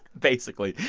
basically.